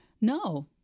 no